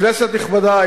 כנסת נכבדה,